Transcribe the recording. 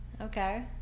Okay